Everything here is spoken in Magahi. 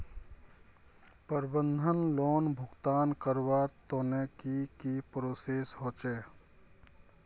प्रबंधन लोन भुगतान करवार तने की की प्रोसेस होचे?